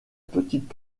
petite